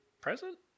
present